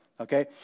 okay